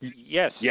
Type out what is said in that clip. Yes